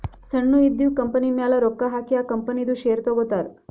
ಸಣ್ಣು ಇದ್ದಿವ್ ಕಂಪನಿಮ್ಯಾಲ ರೊಕ್ಕಾ ಹಾಕಿ ಆ ಕಂಪನಿದು ಶೇರ್ ತಗೋತಾರ್